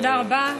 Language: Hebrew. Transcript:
תודה רבה.